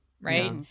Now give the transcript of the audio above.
Right